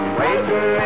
waiting